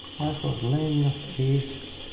password length is,